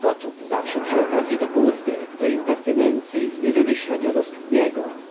gotów zawsze przy okazyi do burdy do impertynencyj i wymyślań od ostatniego